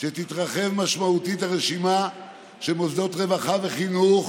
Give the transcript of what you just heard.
שתתרחב משמעותית הרשימה של מוסדות רווחה וחינוך